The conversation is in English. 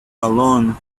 alone